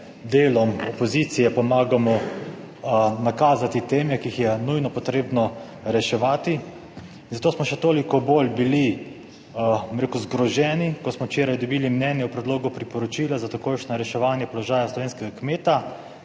delom opozicije pomagamo nakazati teme, ki jih je nujno potrebno reševati. In zato smo še toliko bolj bili, bom rekel, zgroženi, ko smo včeraj dobili mnenje o predlogu priporočila za takojšnje reševanje položaja slovenskega kmeta,